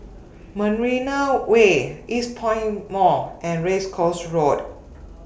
Marina Way Eastpoint Mall and Race Course Road